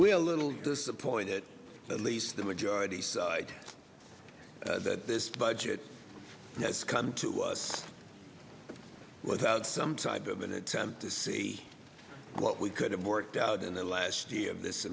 we're a little disappointed at least the majority side that this budget has come to us without some type of an attempt to see what we could have worked out in the last year of this